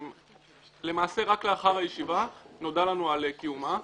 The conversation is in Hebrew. למעשה רק לאחר הישיבה נודע לנו על קיומה.